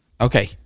Okay